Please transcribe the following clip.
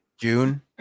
June